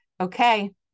Okay